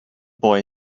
boy